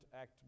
Act